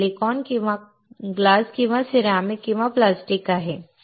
हे सिलिकॉन किंवा काच किंवा सिरेमिक किंवा प्लास्टिक आहे